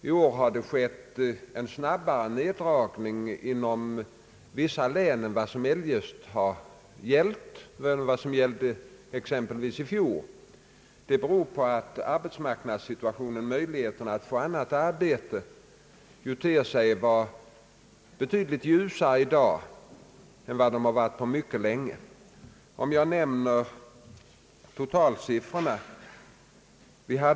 I år har det skett en snabbare neddragning inom vissa län än vad som exempelvis varit fallet i fjol. Detta beror på att arbetsmarknadssituationen och möjligheterna att få annat arbete i dag ter sig betydligt ljusare än förhållandet varit på mycket länge. Jag kan här nämna totalsiffrorna.